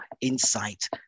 insight